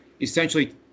essentially